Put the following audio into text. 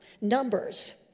Numbers